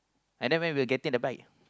and then when we will getting the bike